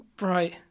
right